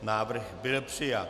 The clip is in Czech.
Návrh byl přijat.